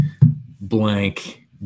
blank